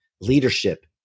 leadership